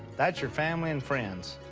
that's your family and friends.